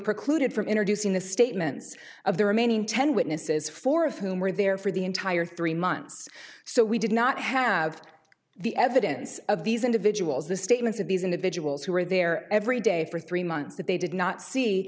precluded from introducing the statements of the remaining ten witnesses four of whom were there for the entire three months so we did not have the evidence of these individuals the statements of these individuals who were there every day for three months that they did not see